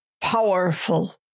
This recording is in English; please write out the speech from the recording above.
powerful